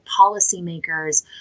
policymakers